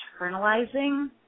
internalizing